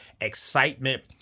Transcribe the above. excitement